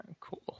cool